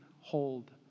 hold